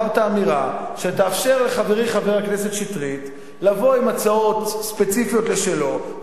אמרת אמירה שתאפשר לחברי חבר הכנסת שטרית לבוא עם הצעות ספציפיות משלו,